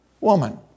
woman